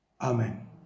Amen